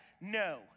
no